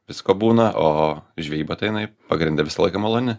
visko būna o žvejyba tai jinai pagrinde visą laiką maloni